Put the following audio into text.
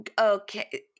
okay